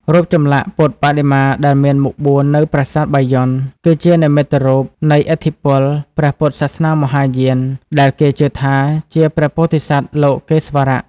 រូបចម្លាក់ពុទ្ធបដិមាដែលមានមុខបួននៅប្រាសាទបាយ័ន គឺជានិមិត្តរូបនៃឥទ្ធិពលព្រះពុទ្ធសាសនាមហាយាន ដែលគេជឿថាជាព្រះពោធិសត្វលោកេស្វរៈ។